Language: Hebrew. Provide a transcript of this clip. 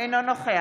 אינו נוכח